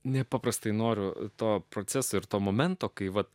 nepaprastai noriu to proceso ir to momento kai vat